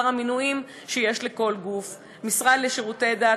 המינויים שיש לכל גוף: המשרד לשירותי דת,